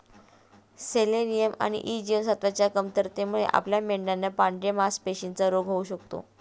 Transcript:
selenium आणि E जीवनसत्वच्या कमतरतेमुळे आपल्या मेंढयांना पांढऱ्या मासपेशींचा रोग होऊ शकतो